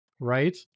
right